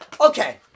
Okay